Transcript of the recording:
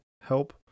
help